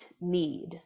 need